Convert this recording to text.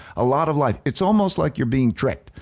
a lot of life. it's almost like you're being tricked.